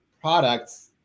products